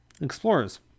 explorers